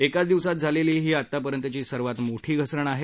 एकाच दिवसात झालेली आतापर्यंतची ही सर्वात मोठी घसरण आहे